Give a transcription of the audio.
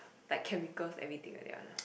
like chemicals everything like that one ah